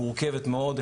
מורכבת מאוד,